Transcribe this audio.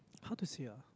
how to say ah